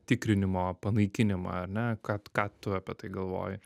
tikrinimo panaikinimą ar ne ką ką tu apie tai galvoji